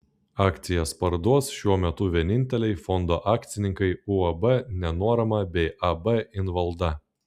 akcijas parduos šiuo metu vieninteliai fondo akcininkai uab nenuorama bei ab invalda